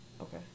Okay